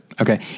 Okay